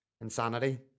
insanity